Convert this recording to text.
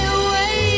away